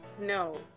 no